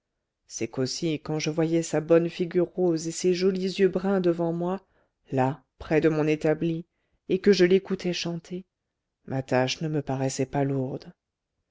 c'est qu'aussi quand je voyais sa bonne figure rose et ses jolis yeux bruns devant moi là près de mon établi et que je l'écoutais chanter ma tâche ne me paraissait pas lourde